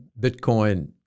Bitcoin